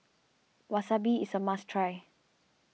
Wasabi is a must try